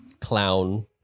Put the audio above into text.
Clown